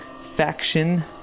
faction